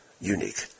unique